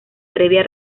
previa